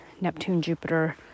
Neptune-Jupiter